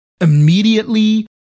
immediately